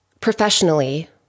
professionally